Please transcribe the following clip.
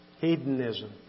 hedonism